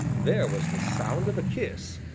there was the sound of a kiss,